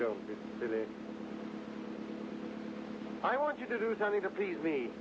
do that i want you to do something to please me